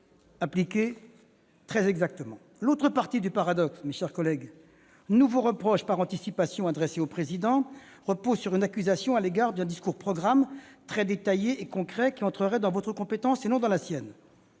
l'appliquez très exactement. L'autre partie du paradoxe, nouveau reproche par anticipation adressé au Président, repose sur une accusation à l'égard d'un discours-programme très détaillé et concret qui entrerait dans votre compétence et non dans la sienne.